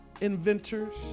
inventors